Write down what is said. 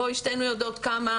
שתינו יודעות כמה,